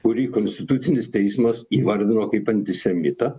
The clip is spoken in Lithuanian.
kurį konstitucinis teismas įvardino kaip antisemitą